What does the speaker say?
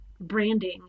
branding